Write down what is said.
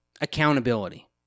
accountability